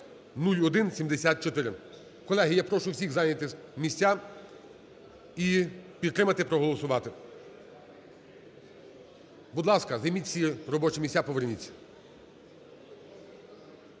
(0174). Колеги, я прошу всіх зайняти місця і підтримати, проголосувати. Будь ласка, займіть всі робочі місця, поверніться.